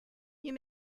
you